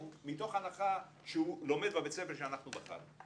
מתוך הנחה שהוא לומד בבית הספר שאנחנו בחרנו בו.